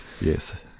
Yes